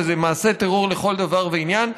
וזה מעשה טרור לכל דבר ועניין,